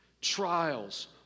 trials